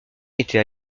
était